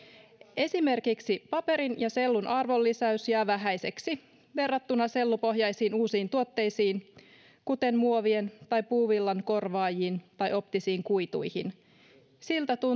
esimerkiksi paperin ja sellun arvonlisäys jää vähäiseksi verrattuna sellupohjaisiin uusiin tuotteisiin kuten muovien tai puuvillan korvaajiin tai optisiin kuituihin